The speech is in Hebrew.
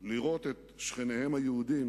לראות את שכניהם היהודים